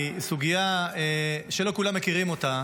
סוגיה שלא כולם מכירים אותה,